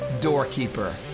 Doorkeeper